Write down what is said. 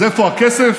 אז איפה הכסף?